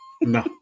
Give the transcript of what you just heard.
No